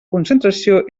concentració